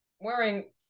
wearing